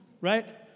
Right